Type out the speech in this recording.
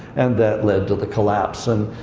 and that led to the collapse. and,